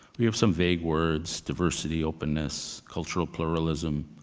we have some vague words, diversity, openness, cultural pluralism,